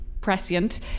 prescient